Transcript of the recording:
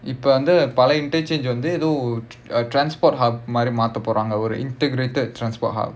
இப்போ வந்து பழைய:ippo vanthu palaiya interchange வந்து எதோ:vanthu etho uh transport hub மாறி மாத்த போறாங்க ஒரு:maari maatha poraanga oru integrated transport hub